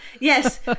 Yes